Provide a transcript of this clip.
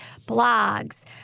blogs